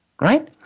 right